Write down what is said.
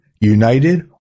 united